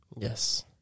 Yes